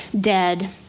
dead